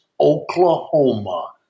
Oklahoma